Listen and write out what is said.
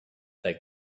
that